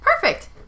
Perfect